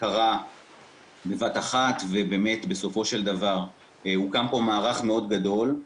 קרה בבת אחת ובאמת בסופו של דבר הוקם פה מערך מאוד גדול,